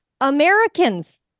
Americans